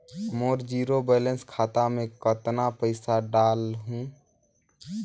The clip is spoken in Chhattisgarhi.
मोर जीरो बैलेंस खाता मे कतना पइसा डाल हूं?